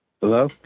Hello